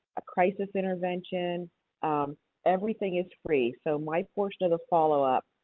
a crisis intervention everything is free, so my portion of the follow-up.